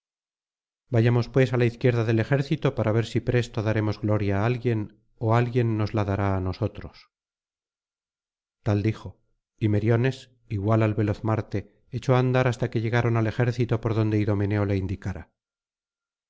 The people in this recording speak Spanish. vayamos pues á la izquierda del ejército para ver si presto daremos gloria á alguien ó alguien nos la dará á nosotros tal dijo y meriones igual al veloz marte echó á andar hasta que llegaron al ejército por donde idomeneo le indicara